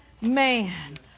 man